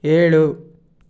ಏಳು